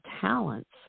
talents